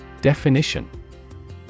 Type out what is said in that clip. Definition